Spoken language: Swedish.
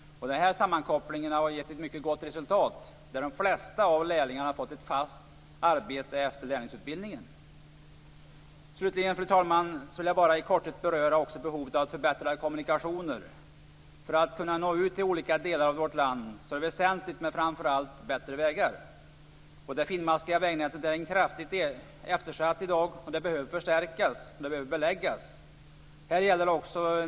Den här sammankopplingen har gett ett mycket gott resultat. De flesta av lärlingarna har fått ett fast arbete efter lärlingsutbildningen. Slutligen, fru talman, vill jag bara i korthet beröra behovet av förbättrade kommunikationer. För att kunna nå ut till olika delar av vårt land är det väsentligt med framför allt bättre vägar. Det finmaskiga vägnätet är kraftigt eftersatt i dag. Det behöver förstärkas och beläggas.